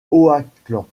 oakland